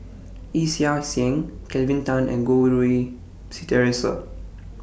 Yee Chia Hsing Kelvin Tan and Goh Rui Si Theresa